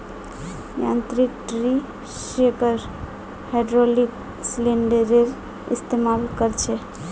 यांत्रिक tree shaker hydraulic सिलिंडरेर इस्तेमाल कर छे